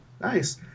Nice